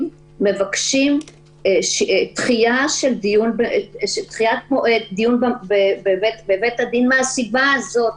מבקשים דחיית דיון בבית הדין מהסיבה הזאת,